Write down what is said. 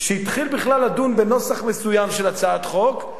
התחיל בכלל לדון בנוסח מסוים של הצעת חוק,